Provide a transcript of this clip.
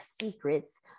secrets